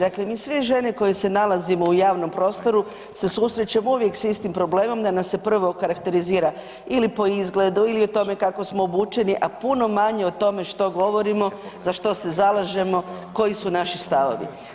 Dakle, mi sve žene koje se nalazimo u javnom prostoru se susrećemo uvijek s istim problemom da nas se prvo okarakterizira ili po izgledu ili o tome kako smo obučeni, a puno manje o tome što govorimo, za što se zalažemo, koji su naši stavovi.